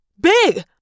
Big